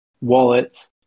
wallets